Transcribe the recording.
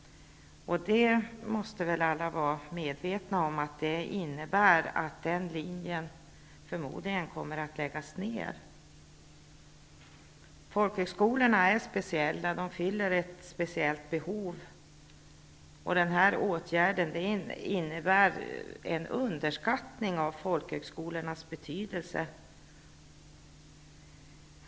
Alla måste väl vara medvetna om att det innebär att den linjen förmodligen kommer att läggas ner. Folkhögskolorna är speciella. De fyller ett speciellt behov. Den här åtgärden innebär en underskattning av folkhögskolornas betydelse.